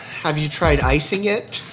have you tried icing it?